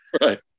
Right